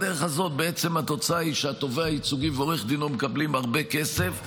בדרך הזאת התוצאה היא שהתובע הייצוגי ועורך דינו מקבלים הרבה כסף,